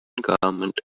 government